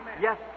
Yes